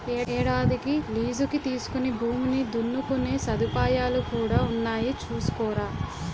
ఏడాదికి లీజుకి తీసుకుని భూమిని దున్నుకునే సదుపాయాలు కూడా ఉన్నాయి చూసుకోరా